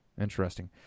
Interesting